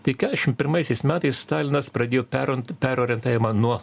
tai keturiasdešimt pirmaisiais metais stalinas pradėjo perorent perorientavimą nuo